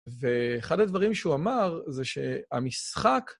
ואחד הדברים שהוא אמר זה שהמשחק...